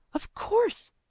of course,